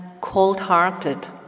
cold-hearted